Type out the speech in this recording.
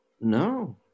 no